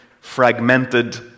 fragmented